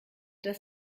das